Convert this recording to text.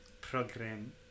program